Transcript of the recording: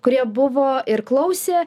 kurie buvo ir klausė